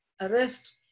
arrest